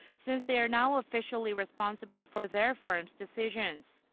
since they are now officially responsible for their firms' decisions.